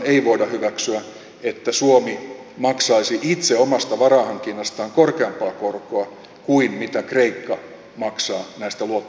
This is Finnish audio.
sellaistahan ei voida hyväksyä että suomi maksaisi itse omasta varainhankinnastaan korkeampaa korkoa kuin mitä kreikka maksaa näistä luottojärjestelyistään